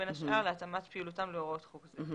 בין השאר לשם התאמת פעילותם להוראות חוק זה.